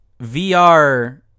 VR